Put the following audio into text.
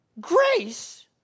Grace